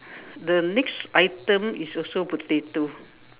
the next item is also potato